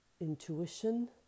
intuition